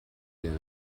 der